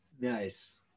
Nice